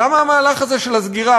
למה המהלך הזה של הסגירה,